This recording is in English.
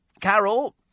Carol